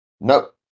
Nope